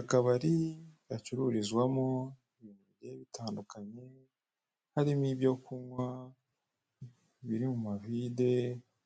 Akabari gacururizwamo ibintu bigiye bitandukanye harimo ibyo kunkwa biri mumavide